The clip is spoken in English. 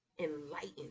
enlightened